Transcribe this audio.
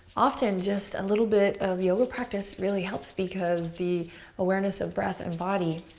often just a little bit of yoga practice really helps, because the awareness of breath and body